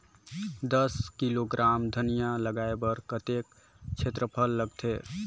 दस किलोग्राम धनिया लगाय बर कतेक क्षेत्रफल लगथे?